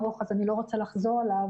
רוצה לחזור.